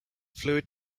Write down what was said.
fluid